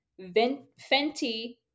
Fenty